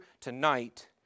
tonight